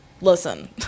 listen